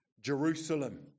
Jerusalem